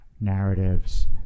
narratives